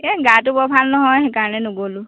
এই গাটো বৰ ভাল নহয় সেইকাৰণে নগ'লোঁ